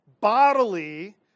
bodily